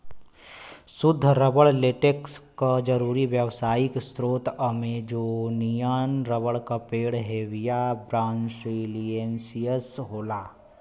सुद्ध rubber latex क जरुरी व्यावसायिक स्रोत अमेजोनियन रबर क पेड़ हेविया ब्रासिलिएन्सिस होला